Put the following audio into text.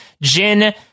Jin